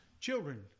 Children